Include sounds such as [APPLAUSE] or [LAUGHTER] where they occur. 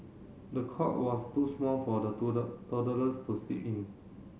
the cot was too small for the [UNINTELLIGIBLE] toddlers to sleep in